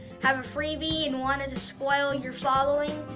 have a freebie and wanted to spoil your following?